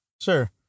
Sure